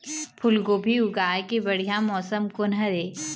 फूलगोभी उगाए के बढ़िया मौसम कोन हर ये?